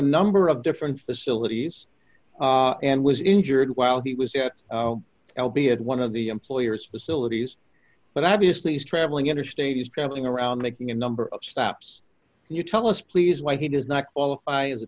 number of different facilities and was injured while he was at l b at one of the employer's facilities but obviously he's traveling interstate is traveling around making a number of stops and you tell us please why he does not qualify as a